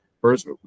first